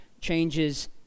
changes